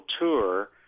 tour